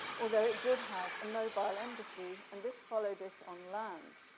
although it did have a mobile embassy and this followed it on land.